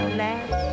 last